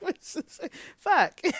Fuck